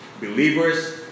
Believers